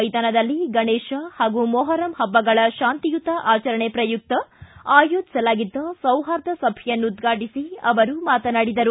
ಮೈದಾನದಲ್ಲಿ ಗಣೇತ ಹಾಗೂ ಮೊಹರಮ ಹಬ್ಬಗಳ ಶಾಂತಿಯುತ ಆಚರಣೆ ಪ್ರಯುಕ್ತ ಆಯೋಜಿಸಲಾಗಿದ್ದ ಸೌಹಾರ್ದ ಸಭೆಯನ್ನು ಉದ್ಘಾಟಿಸಿ ಅವರು ಮಾತನಾಡಿದರು